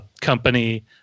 company